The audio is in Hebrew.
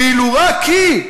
ואילו רק היא,